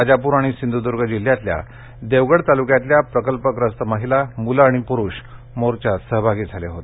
राजापूर आणि सिंधुदुर्ग जिल्ह्यातल्या देवगड तालुक्यातल्या प्रकल्पग्रस्त महिला मुलं आणि पुरुष मोर्चात सहभागी झाले होते